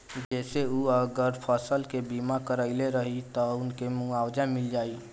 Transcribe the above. जेसे उ अगर फसल के बीमा करइले रहिये त उनके मुआवजा मिल जाइ